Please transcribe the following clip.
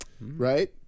Right